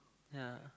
ya